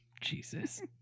Jesus